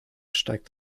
steigt